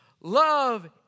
Love